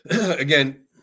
again